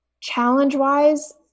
challenge-wise